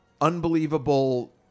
Unbelievable